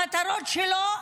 המטרות שלו,